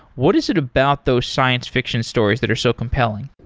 what is it about those science fiction stories that are so compelling?